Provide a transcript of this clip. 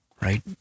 Right